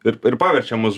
ir ir paverčia mus